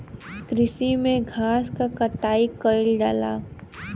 कृषि में घास क कटाई कइल जाला